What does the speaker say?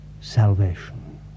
salvation